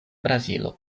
brazilo